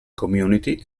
community